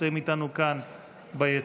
שנמצאים איתנו כאן ביציע.